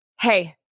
hey